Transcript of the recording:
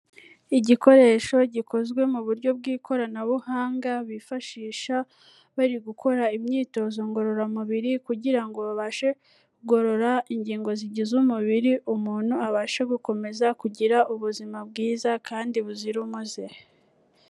Igikoresho gikozwe mu buryo bw'ikoranabuhanga, bifashisha bari gukora imyitozo ngororamubiri, kugira ngo babashe kugorora ingingo zigize umubiri, umuntu abashe gukomeza kugira ubuzima bwiza kandi buzira umuze.